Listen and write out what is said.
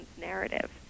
narrative